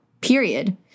period